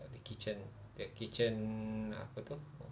the kitchen the kitchen apa itu